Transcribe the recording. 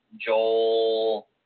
Joel